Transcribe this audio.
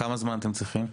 כמה זמן אתם צריכים?